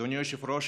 אדוני היושב-ראש,